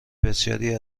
بسیاری